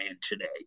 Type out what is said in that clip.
today